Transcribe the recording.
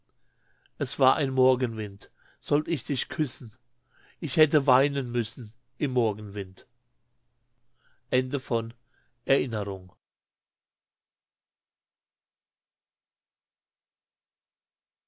es war ein morgenwind sollt ich dich küssen ich hätte weinen müssen im morgenwind